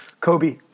Kobe